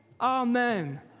amen